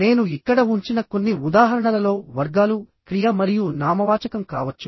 నేను ఇక్కడ ఉంచిన కొన్ని ఉదాహరణలలో వర్గాలు క్రియ మరియు నామవాచకం కావచ్చు